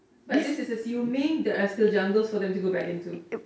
but this is assuming that there are still jungles for them to go back into